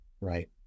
Right